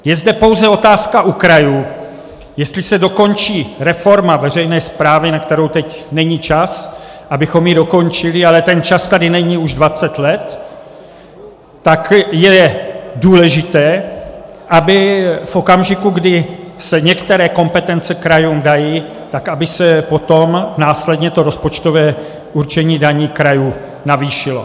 Je zde pouze otázka u krajů, jestli se dokončí reforma veřejné správy, na kterou teď není čas, abychom ji dokončili, ale ten čas tady není už dvacet let, tak je důležité, aby v okamžiku, kdy se některé kompetence krajům dají, aby se potom následně to rozpočtové určení daní krajů navýšilo.